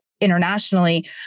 internationally